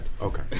okay